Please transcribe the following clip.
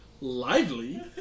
Lively